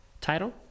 title